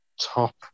Top